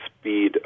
speed